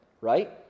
right